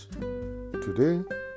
Today